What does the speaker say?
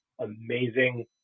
amazing